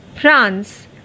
France